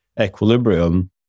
equilibrium